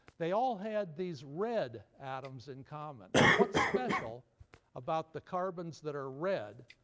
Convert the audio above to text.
they all had these red atoms in common. what's special about the carbons that are red,